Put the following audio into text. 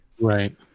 Right